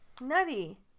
Nutty